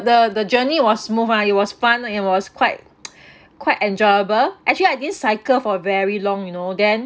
the the journey was smooth ah it was fun lah it was quite quite enjoyable actually I didn't cycle for a very long you know then